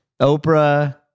Oprah